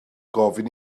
gofyn